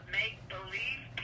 make-believe